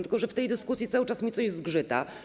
Tylko że w tej dyskusji cały czas mi coś zgrzyta.